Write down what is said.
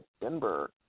Denver